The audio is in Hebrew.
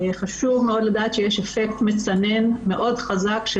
חשוב לדעת שיש אפקט מצנן מאוד חזק.